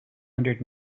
hundred